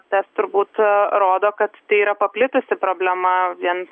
tas turbūt rodo kad tai yra paplitusi problema vien